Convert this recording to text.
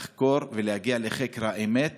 לחקור ולהגיע לחקר האמת